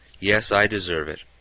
yes, i deserve it!